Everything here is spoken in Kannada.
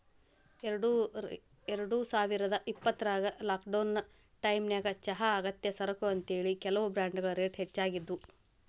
ಎರಡುಸಾವಿರದ ಇಪ್ಪತ್ರಾಗ ಲಾಕ್ಡೌನ್ ಟೈಮಿನ್ಯಾಗ ಚಹಾ ಅಗತ್ಯ ಸರಕು ಅಂತೇಳಿ, ಕೆಲವು ಬ್ರಾಂಡ್ಗಳ ರೇಟ್ ಹೆಚ್ಚಾಗಿದ್ವು